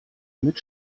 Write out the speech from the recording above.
mit